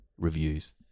reviews